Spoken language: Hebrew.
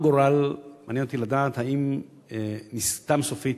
מעניין אותי לדעת האם נסתם סופית,